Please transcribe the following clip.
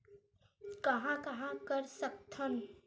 कहां कहां कर सकथन?